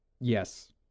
Yes